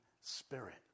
Spirit